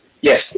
Yes